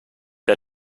der